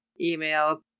Email